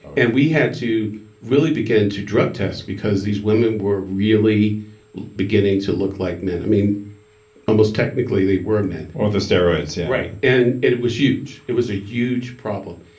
and we had to really begin to drug test because these women were really beginning to look like men. i mean almost technically they were men with the steroids, yeah right. and it it was huge. it was a huge problem.